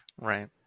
Right